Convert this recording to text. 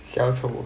小丑